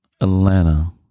Atlanta